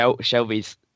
Shelby's